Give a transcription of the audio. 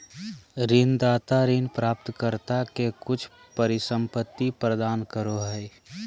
ऋणदाता ऋण प्राप्तकर्ता के कुछ परिसंपत्ति प्रदान करो हइ